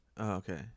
Okay